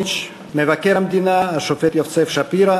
כבוד נשיא המדינה מר שמעון פרס,